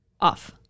off